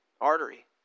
artery